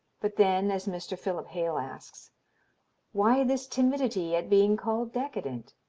but then as mr. philip hale asks why this timidity at being called decadent?